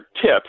tip